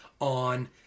on